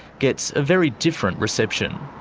gets a very different reception.